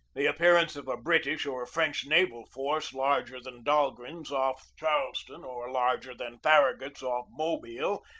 the appearance of a british or a french naval force larger than dahlgren's off charleston, or larger than farragut's off mobile,